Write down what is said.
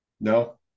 No